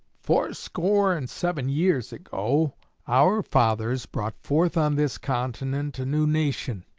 fourscore and seven years ago our fathers brought forth on this continent a new nation,